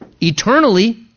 eternally